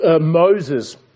Moses